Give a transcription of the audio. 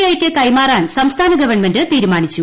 ഐയ്ക്ക് കൈമാറാൻ സംസ്ഥാന ഗവൺമെന്റ് തീരുമാനിച്ചു